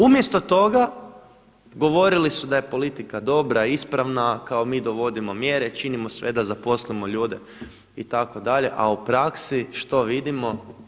Umjesto toga govorili su da je politika dobra, ispravna, kao mi dovodimo mjere, činimo sve da zaposlimo ljude itd., a u praksi što vidimo?